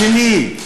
השני,